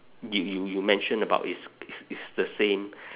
you you you mentioned about is is is the same